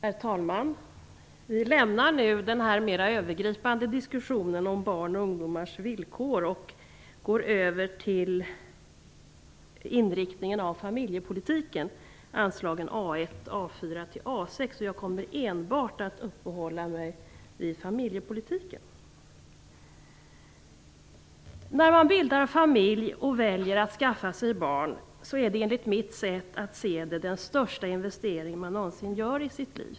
Herr talman! Vi lämnar nu den mer övergripande diskussionen om barns och ungdomars villkor och går över till inriktningen i familjepolitiken, anslagen A 1 och A 4-A 6. Jag kommer enbart att uppehålla mig vid familjepolitiken. När man bildar familj och väljer att skaffa sig barn är det, enligt mitt sätt att se det, den största investering som man någonsin gör i sitt liv.